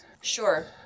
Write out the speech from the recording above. Sure